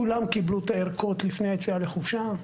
כולם קיבלו את הערכות לפני היציאה לחופשה.